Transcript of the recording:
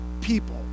people